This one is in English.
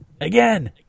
Again